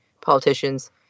politicians